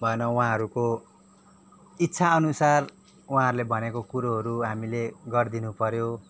भएन उहाँहरूको इच्छा अनुसार उहाँहरूले भनेको कुरोहरू हामीले गरिदिनु पऱ्यो